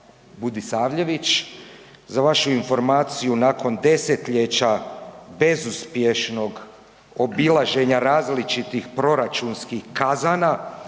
Budisavljević. Za vašu informaciju nakon desetljeća bezuspješnog obilaženja različitih proračunskih kazana